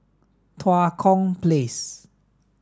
Tua Kong Place